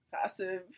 passive